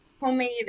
homemade